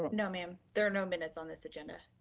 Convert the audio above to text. but no ma'am, there are no minutes on this agenda.